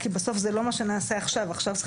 כי בסוף זה לא מה שנעשה עכשיו עכשיו צריך